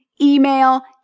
email